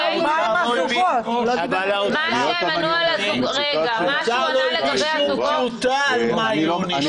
האוצר לא הגיש אפילו טיוטה לגבי מאי יוני,